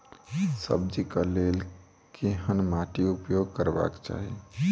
सब्जी कऽ लेल केहन माटि उपयोग करबाक चाहि?